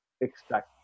expect